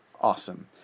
awesome